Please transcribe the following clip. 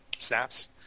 Snaps